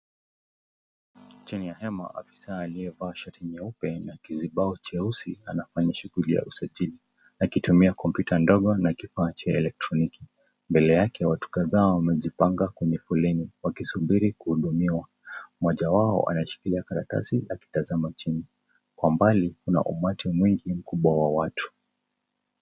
Chini ya hema, afisa aliyevaa shati nyeupe na kizibao cheusi anafanya shughuli ya usajili, akitumia kompyuta ndogo na kifaa cha elektroniki, mbele yake watu kadhaa wamejipanga kwenye foleni wakisubiri kuhudumiwa, mmoja anashikilia karatasi akitazama chini, kwa mbali kuna umati mkubwa wa watu.